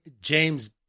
James